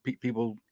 people